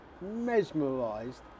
mesmerised